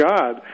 God